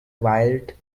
wild